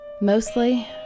Mostly